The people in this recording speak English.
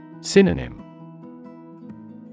Synonym